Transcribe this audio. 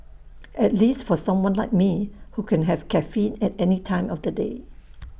at least for someone like me who can have caffeine at any time of the day